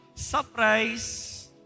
Surprise